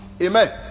Amen